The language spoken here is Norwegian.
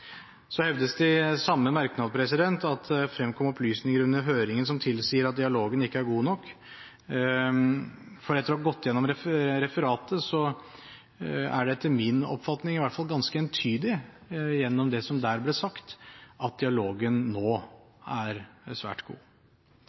Så hevdes det i samme merknad at det fremkom opplysninger under høringen som tilsier at dialogen ikke er god nok. Etter å ha gått gjennom referatet er det, etter min oppfatning i hvert fall, ganske entydig, gjennom det som der ble sagt, at dialogen nå er svært god.